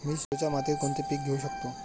मी शाडूच्या मातीत कोणते पीक घेवू शकतो?